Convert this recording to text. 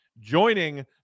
joining